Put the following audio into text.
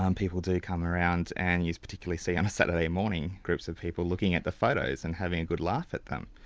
people do come around and you particularly see on a saturday morning, groups of people looking at the photos, and having a good laugh at them.